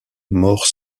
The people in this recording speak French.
mort